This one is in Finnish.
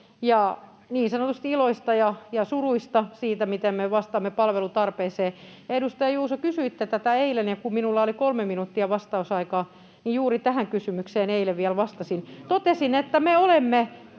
ja niin sanotusti iloista ja suruista, siitä, miten me vastaamme palvelutarpeeseen. Edustaja Juuso, kysyitte tätä eilen, ja kun minulla oli kolme minuuttia vastausaikaa, niin juuri tähän kysymykseen eilen vielä vastasin. Totesin, että me olemme